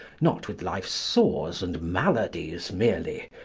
not with life's sores and maladies merely,